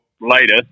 later